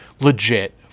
legit